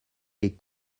les